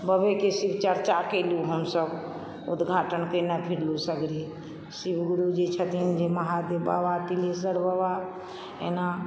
बबेके शिवचर्चा कयलू हमसभ उद्घाटन कयने फिरलू सगरे शिवगुरु जे छथिन जे महादेव बाबा तिलेश्वर बाबा अहिना